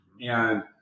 and-